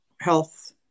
health